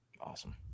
Awesome